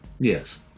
Yes